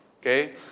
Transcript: Okay